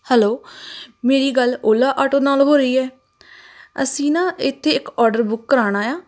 hello ਮੇਰੀ ਗੱਲ Ola auto ਨਾਲ ਹੋ ਰਹੀ ਹੈ ਅਸੀਂ ਨਾ ਇੱਥੇ ਇੱਕ ਔਡਰ ਬੁੱਕ ਕਰਾਉਣਾ ਆ